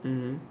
mmhmm